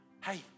Hey